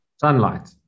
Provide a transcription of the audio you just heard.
sunlight